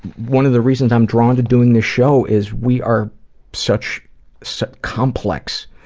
one of the reasons i'm drawn to doing this show is we are such such complex,